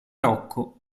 rocco